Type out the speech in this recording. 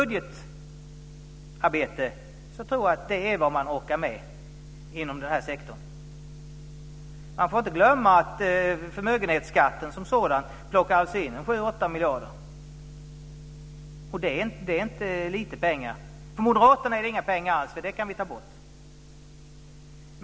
Jag tror att det är vad man orkar med inom den här sektorn i ett budgetarbete. Man får inte glömma att förmögenhetsskatten som sådan plockar in 7-8 miljarder. Det är inte lite pengar. För Moderaterna är det inga pengar alls - det kan vi ta bort.